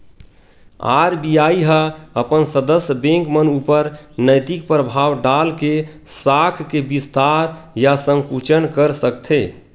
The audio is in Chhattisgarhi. आर.बी.आई ह अपन सदस्य बेंक मन ऊपर नैतिक परभाव डाल के साख के बिस्तार या संकुचन कर सकथे